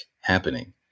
happening